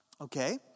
Okay